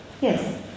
Yes